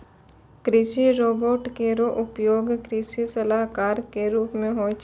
कृषि रोबोट केरो उपयोग कृषि सलाहकार क रूप मे होय छै